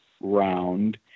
round